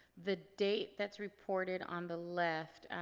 the date that's reported on the left,